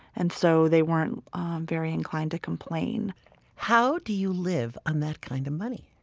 and so they weren't very inclined to complain how do you live on that kind of money?